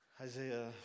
Isaiah